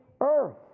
earth